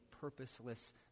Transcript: purposeless